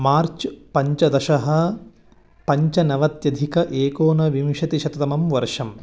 मार्च् पञ्चदश पञ्चनवत्यधिक एकोनविंशतिशततमं वर्षम्